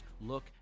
look